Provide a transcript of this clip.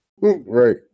Right